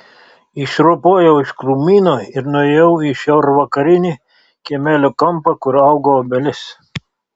išropojau iš krūmyno ir nuėjau į šiaurvakarinį kiemelio kampą kur augo obelis